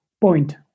point